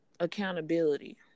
accountability